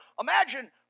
Imagine